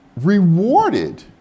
Rewarded